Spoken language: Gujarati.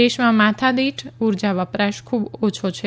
દેશમાં માથીદીઠ ઉર્જા વપરાશ ખૂબ ઓછે છે